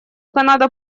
канада